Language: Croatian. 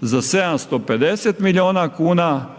za 750 milijuna kuna,